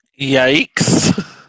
Yikes